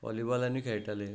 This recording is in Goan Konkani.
वॉलीबॉलानूय खेळटाले